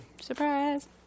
Surprise